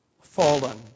fallen